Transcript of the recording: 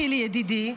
חילי ידידי,